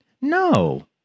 No